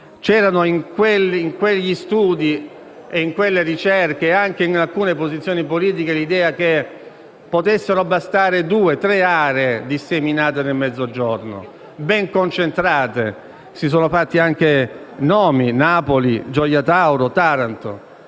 d'Italia. In quegli studi, in quelle ricerche e anche in alcune posizioni politiche c'era l'idea che potessero bastare due, tre aree disseminate nel Mezzogiorno, ben concentrate. Si sono fatti anche nomi: Napoli, Gioia Tauro, Taranto.